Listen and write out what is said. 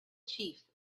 chiefs